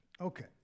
Okay